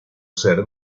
ser